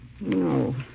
No